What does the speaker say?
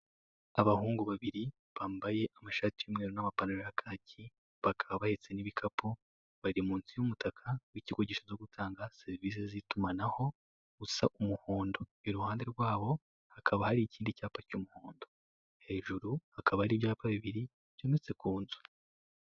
Abahungu babiri bambaye amashati y'umweru n'amapantaro ya kaki, bakaba bahetse n'ibikapu. Bari munsi y'umutaka munsi y'umutaka w'ikigo gishinzwe serivise z'itumanaho usa n'umuhondo, iruhande rwawo hakaba hari ikindi cyapa cy'umuhondo, hejuru hakaba hari ibyapa bibiri byometse ku nzu.